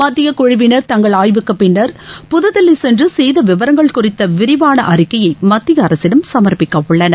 மத்திய குழுவினர் தங்கள் ஆய்வுக்கு பின்னர் புதுதில்லி சென்று சேத விவரங்கள் குறித்த விரிவான அறிக்கையை மத்திய அரசிடம் சமரப்பிக்க உள்ளனர்